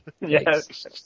Yes